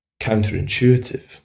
counterintuitive